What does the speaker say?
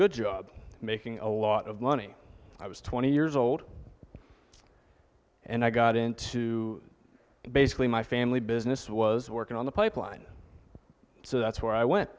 good job making a lot of money i was twenty years old and i got into basically my family business was working on the pipeline so that's where i went